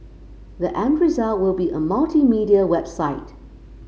the end result will be a multimedia website